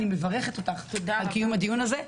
אני מברכת אותך על קיום הדיון הזה.